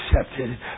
accepted